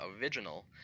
Original